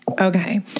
Okay